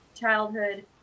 childhood